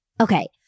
Okay